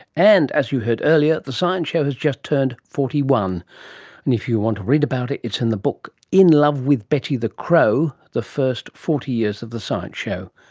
and, as you heard earlier, the science show has just turned forty one, and if you want to read about it it's in the book in love with betty the crow the first forty years of the science show,